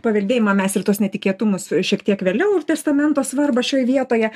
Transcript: paveldėjimą mes ir tuos netikėtumus šiek tiek vėliau ir testamento svarbą šioj vietoje